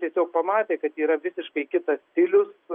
tiesiog pamatė kad yra visiškai kitas stilius